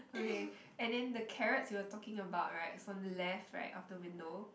okay and then the carrots you were talking about right from the left right of the window